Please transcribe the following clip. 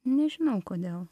nežinau kodėl